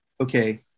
okay